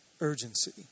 urgency